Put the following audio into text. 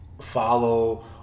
follow